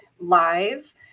live